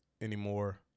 anymore